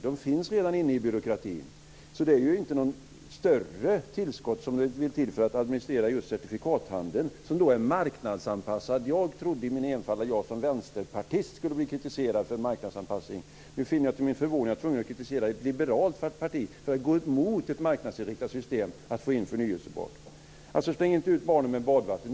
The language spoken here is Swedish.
De finns redan inne i byråkratin. Det vill alltså inte till något större tillskott för att administrera just certifikathandeln, som också är marknadsanpassad. Jag trodde i min enfald att jag som vänsterpartist skulle bli kritiserad för marknadsanpassning. Nu finner jag till min förvåning att jag är tvungen att kritisera ett liberalt parti för att gå emot ett marknadsinriktat system för att få in förnybar energi. Släng inte ut barnet med badvattnet!